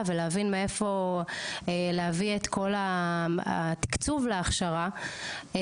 ולהבין מאיפה להביא את כל התקצוב להכשרה,